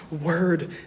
word